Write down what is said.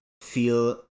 feel